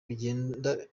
bigenda